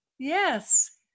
Yes